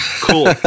Cool